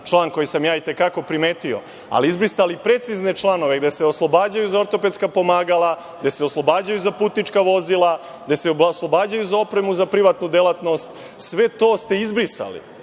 član koji sam ja i te kako primetio, ali izbrisali precizne članove gde se oslobađaju za ortopedska pomagala, gde se oslobađaju za putnička vozila, gde se oslobađaju za opremu za privatnu delatnost, sve to ste izbrisali,